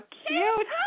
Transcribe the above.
cute